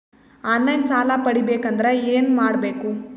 On line ಸಾಲ ಪಡಿಬೇಕಂದರ ಏನಮಾಡಬೇಕು?